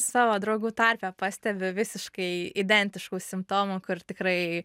savo draugų tarpe pastebiu visiškai identiškų simptomų kur tikrai